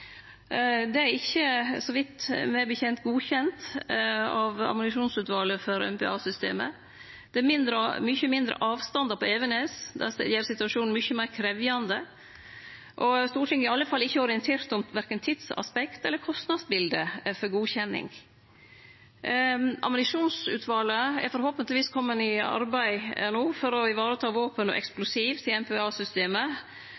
er ikkje, så vidt eg veit, godkjent av ammunisjonsutvalet for MPA-systemet. Det er mykje mindre avstandar på Evenes. Det gjer situasjonen mykje meir krevjande. Stortinget er i alle fall ikkje orientert om verken tidsaspektet eller kostnadsbiletet for godkjenning. Ammunisjonsutvalet er forhåpentlegvis kome i arbeid no for å vareta våpen og